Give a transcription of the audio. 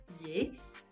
yes